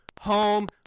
home